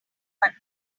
but